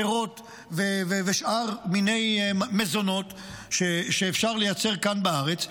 פירות ושאר מיני מזונות שאפשר לייצר כאן בארץ,